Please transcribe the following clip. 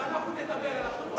ואנחנו נדבר על החובות,